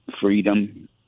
freedom